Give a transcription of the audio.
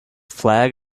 flag